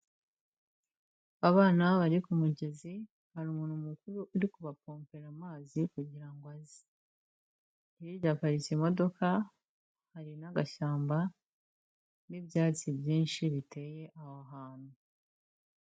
Abana bari ku mugezi hari umuntu mukuru uri kubakompera amazi kugirango aze, hirya haparitse imodoka hari n'agashyamba n'ibyatsi byinshi biteye aho hantu.